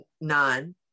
none